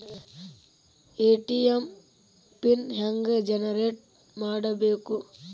ATM pin ಹೆಂಗ್ generate ಮಾಡಬೇಕು?